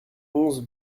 onze